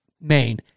main